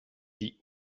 die